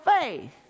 faith